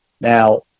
Now